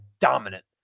dominant